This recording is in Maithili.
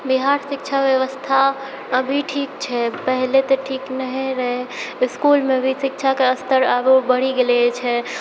बिहारके शिक्षा व्यवस्था अभी ठीक छै पहिले तऽ ठीक नहि रहै इसकुलमे भी शिक्षाके स्तर अब बढ़ि गेल छै